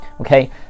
Okay